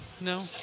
no